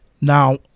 now